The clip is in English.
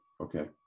okay